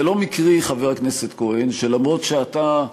זה לא מקרי, חבר הכנסת כהן, שגם אם אתה,